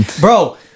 Bro